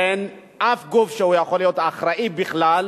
אין אף גוף שיכול להיות האחראי בכלל,